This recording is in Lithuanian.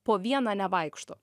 po vieną nevaikšto